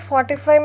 45